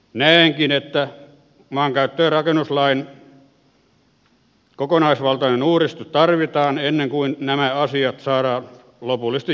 näenkin että maankäyttö ja rakennuslain kokonaisvaltainen uudistus tarvitaan ennen kuin nämä asiat saadaan lopullisesti järjestykseen